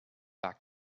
back